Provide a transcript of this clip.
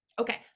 okay